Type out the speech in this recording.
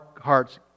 hearts